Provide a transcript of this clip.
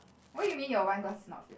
what you mean your one glass is not filled